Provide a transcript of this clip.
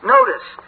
Notice